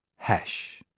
hash.